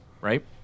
right